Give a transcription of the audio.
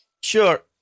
sure